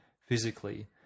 physically